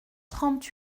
trente